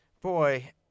Boy